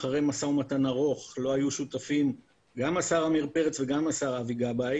אחרי משא ומתן ארוך שלו היו שותפים גם השר עמיר פרץ וגם השר אבי גבאי